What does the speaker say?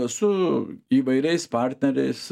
su įvairiais partneriais